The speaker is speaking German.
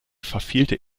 verfehlte